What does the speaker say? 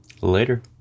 Later